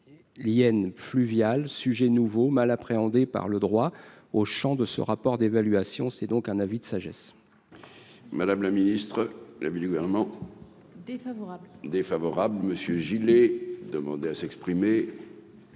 yen fluvial sujet nouveau mal appréhendé par le droit au Champ de ce rapport d'évaluation, c'est donc un avis de sagesse. Madame la ministre, l'avis du Gouvernement défavorable, défavorable, monsieur Gilles demandé à s'exprimer.